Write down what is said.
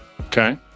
Okay